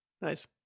Nice